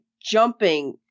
jumping